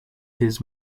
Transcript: his